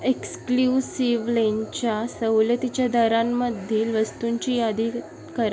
एक्सक्ल्यूसिवलेंच्या सवलतीच्या दरांमधील वस्तूंची यादी करा